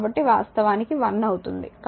కాబట్టి వాస్తవానికి 1 అవుతుంది కాబట్టి 2 2 0